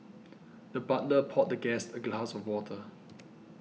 the butler poured the guest a glass of water